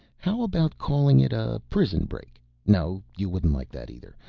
how about calling it a prison break? no, you wouldn't like that either.